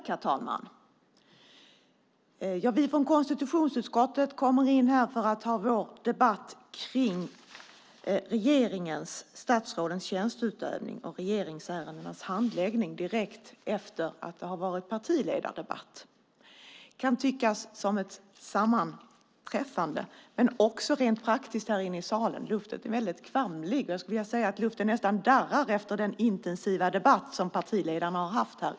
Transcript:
Herr talman! Vi från konstitutionsutskottet kommer in här för att ha vår debatt om statsrådens tjänstutövning och regeringsärendenas handläggning direkt efter att det har varit partiledardebatt. Det kan tyckas som ett sammanträffande. Luften här i salen är väldigt kvalmig och nästan darrar efter den intensiva debatt som partiledarna har haft här.